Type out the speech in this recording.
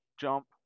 jump